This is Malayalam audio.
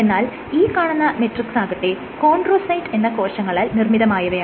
എന്നാൽ ഈ കാണുന്ന മെട്രിക്സാകട്ടെ കോൺഡ്രോസൈറ്റ് എന്ന കോശങ്ങളാൽ നിർമ്മിതമായവയാണ്